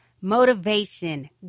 motivation